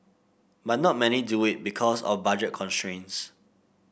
but not many do it because of budget constraints